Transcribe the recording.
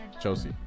Chelsea